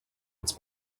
its